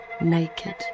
naked